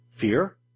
Fear